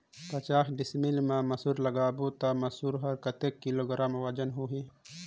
पचास डिसमिल मा मसुर लगाबो ता मसुर कर कतेक किलोग्राम वजन होही?